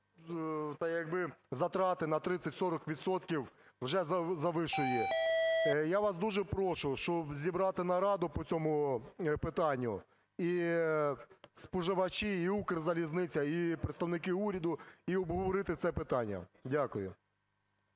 та як би затрати на 30-40 відсотків вже завищує. Я вас дуже прошу, щоб зібрати нараду по цьому питанню – і споживачі, і "Укрзалізниця", і представники уряду – і обговорити це питання. Дякую.